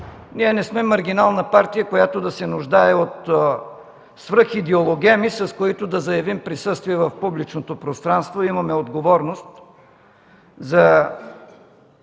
Ние не сме маргинална партия, която да се нуждае от свръх идеологеми, с които да заявим присъствие в публичното пространство, а имаме отговорност за